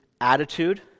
attitude